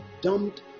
dumped